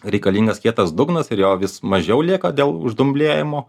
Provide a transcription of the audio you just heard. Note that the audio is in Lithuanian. reikalingas kietas dugnas ir jo vis mažiau lieka dėl uždumblėjimo